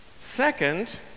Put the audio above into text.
Second